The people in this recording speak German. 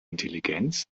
intelligenz